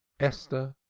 esther,